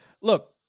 look